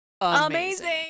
Amazing